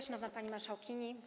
Szanowna Pani Marszałkini!